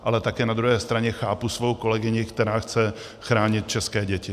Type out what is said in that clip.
Ale také na druhé straně chápu svou kolegyni, která chce chránit české děti.